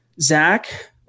Zach